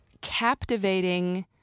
captivating